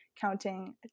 counting